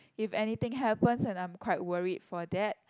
if anything happens and I'm quite worried for that